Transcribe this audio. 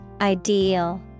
Ideal